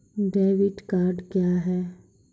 Debit card क्या हैं?